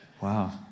wow